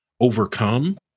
overcome